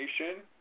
nation